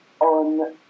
on